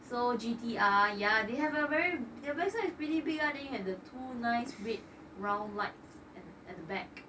so G_T_R ya they have a very their backside pretty big lah and the two nice red round lights and at the back